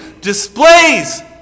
displays